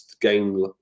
game